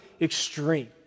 extreme